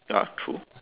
ya true